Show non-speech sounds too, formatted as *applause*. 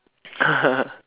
*laughs*